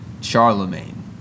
Charlemagne